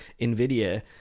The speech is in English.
NVIDIA